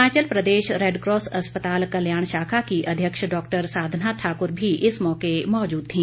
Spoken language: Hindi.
हिमाचल प्रदेश रेडक्रॉस अस्पताल कल्याण शाखा की अध्यक्ष डॉक्टर साधना ठाकुर भी इस मौके पर मौजूद थी